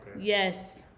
yes